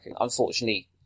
Unfortunately